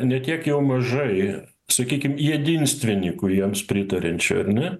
ne tiek jau mažai sakykim jedinstvininkų jiems pritariančių ar ne